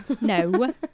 no